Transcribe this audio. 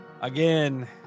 again